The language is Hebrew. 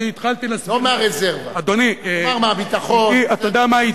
לא מהרזרבה, כלומר, מהביטחון, אתה יודע מה?